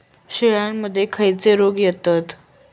शेळ्यामध्ये खैचे रोग येतत?